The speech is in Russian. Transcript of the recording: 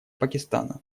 пакистана